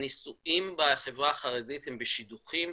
הנישואים בחברה החרדית הם בשידוכים,